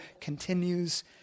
continues